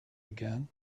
again